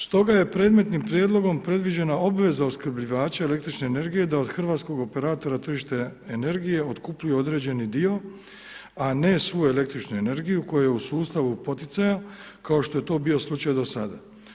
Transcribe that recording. Stoga je predmetnim prijedlogom predviđena obveza opskrbljivača električne energije da od hrvatskog operatora tržišta energije otkupljuje određeni dio, a ne svu električnu energiju koja je u sustavu poticaja kao što je to bio slučaj do sada.